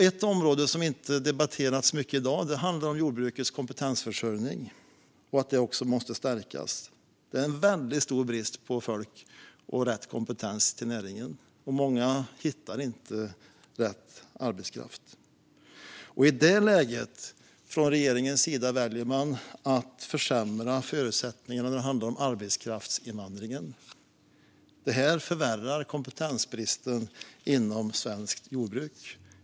Ett område som dock inte har debatterats mycket i dag är jordbrukets kompetensförsörjning, som också måste stärkas. Det råder väldigt stor brist på folk med rätt kompetens för näringen. Många hittar inte rätt arbetskraft. I detta läge väljer man från regeringens sida att försämra förutsättningarna när det gäller arbetskraftsinvandringen. Detta förvärrar kompetensbristen inom svenskt jordbruk.